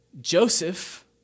Joseph